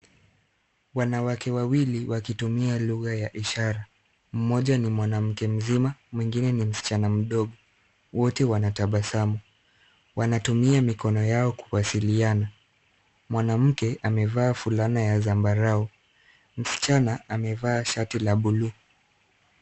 Wanawake Wawili wakitumia lugha ya ishara. Mmoja ni mwanamke mzima mwingine ni msichana mdogo. Wote wanatabasamu. Wanatumia mikono yao kuwasiliana. Mwanamke amevaa fulana ya zambarau. Msichana amevaa shati la bluu.